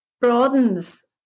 broadens